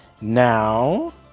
Now